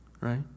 right